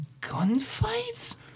gunfights